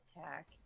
attack